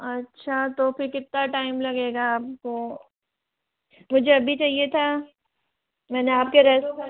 अच्छा तो फिर कितना टाइम लगेगा आपको मुझे अभी चाहिए था मैंने आपके